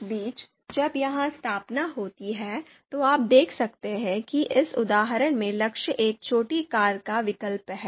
इस बीच जब यह स्थापना होती है तो आप देख सकते हैं कि इस उदाहरण में लक्ष्य एक छोटी कार का विकल्प है